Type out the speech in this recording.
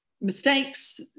mistakes